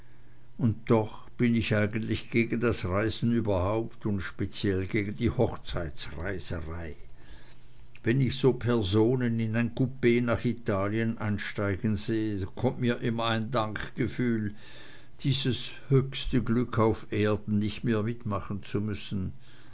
und doch bin ich eigentlich gegen das reisen überhaupt und speziell gegen die hochzeitsreiserei wenn ich so personen in ein coup nach italien einsteigen sehe kommt mir immer ein dankgefühl dieses höchste glück auf erden nicht mehr mitmachen zu müssen